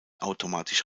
automatisch